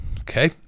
Okay